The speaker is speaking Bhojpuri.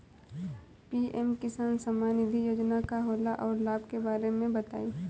पी.एम किसान सम्मान निधि योजना का होला औरो लाभ के बारे में बताई?